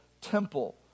temple